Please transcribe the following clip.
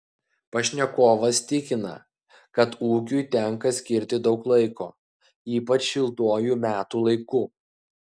pašnekovas tikina kad ūkiui tenka skirti daug laiko ypač šiltuoju metų laiku